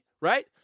right